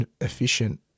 efficient